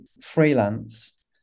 freelance